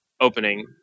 opening